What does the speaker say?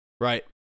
right